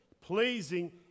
pleasing